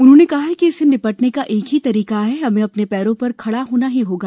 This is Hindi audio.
उन्होंने कहा कि इससे निपटने का एक ही तरीका है हमें अपने पैरों पर खड़ा होना ही होगा